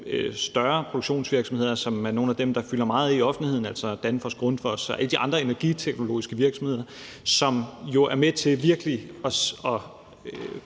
større produktionsvirksomheder, som er nogle af dem, der fylder meget i offentligheden, altså Danfoss, Grundfos og alle de andre energiteknologiske virksomheder, som jo er med til virkelig at